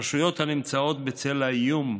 רשויות הנמצאות בצל האיום,